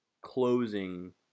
closing